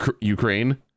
ukraine